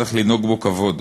צריך לנהג בו כבוד,